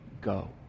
go